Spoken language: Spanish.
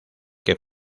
que